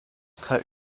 cut